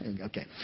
Okay